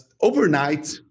overnight